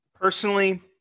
Personally